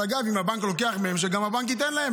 אגב, אם הבנק לוקח מהם, שהבנק גם ייתן להם.